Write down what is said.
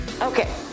Okay